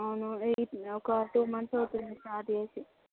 అవును ఈ ఒక టూ మంత్స్ అవుతుంది స్టార్ట్ చేసి